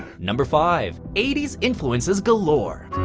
number five eighty s influences galore.